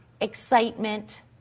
excitement